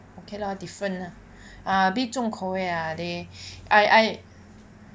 okay lah different ah a bit 重口味 ah they I